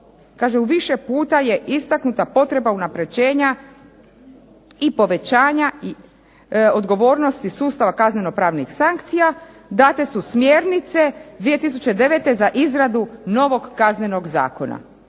Kaže u više puta je istaknuta potreba unapređenja i povećanja odgovornosti sustava kaznenopravnih sankcija, date su smjernice, 2009. za izradu novog Kaznenog zakona,